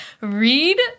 read